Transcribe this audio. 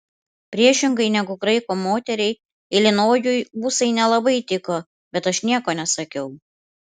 priešingai negu graiko moteriai ilinojui ūsai nelabai tiko bet aš nieko nesakiau